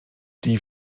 die